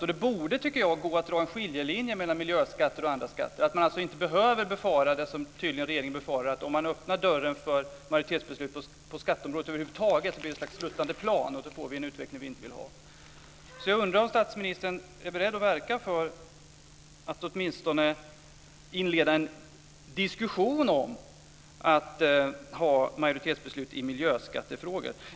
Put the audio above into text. Och det borde gå att dra en skiljelinje mellan miljöskatter och andra skatter, så att man inte behöver befara det som regeringen tydligen befarar, nämligen att det blir ett slags sluttande plan om man öppnar dörren för majoritetsbeslut på skatteområdet över huvud taget, och då får vi en utveckling som vi inte vill ha. Jag undrar om statsministern är beredd att verka för att åtminstone inleda en diskussion om att ha majoritetsbeslut när det gäller miljöskattefrågor.